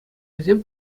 вӗсем